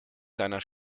deiner